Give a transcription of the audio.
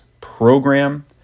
Program